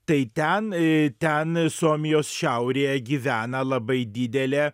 tai ten i ten suomijos šiaurėje gyvena labai didelė